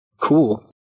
Cool